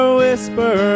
whisper